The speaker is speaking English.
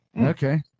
Okay